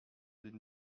d’une